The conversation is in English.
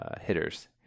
hitters